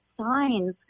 signs